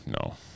no